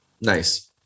Nice